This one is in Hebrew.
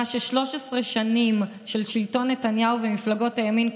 מה ש-13 שנים של שלטון נתניהו ומפלגות הימין,